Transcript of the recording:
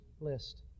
list